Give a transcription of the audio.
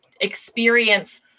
experience